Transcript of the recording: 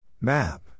Map